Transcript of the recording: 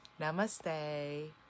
Namaste